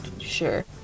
sure